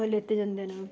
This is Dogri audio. लैते जंदे न